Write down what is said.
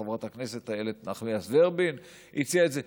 חברת הכנסת איילת נחמיאס ורבין הציעה את זה?